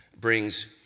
brings